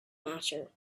matter